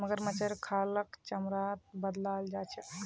मगरमच्छेर खालक चमड़ात बदलाल जा छेक